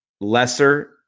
lesser